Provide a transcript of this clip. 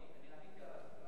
אני עניתי על השאלה